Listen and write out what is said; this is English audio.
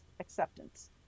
acceptance